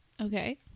Okay